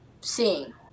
seeing